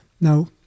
Now